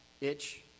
itch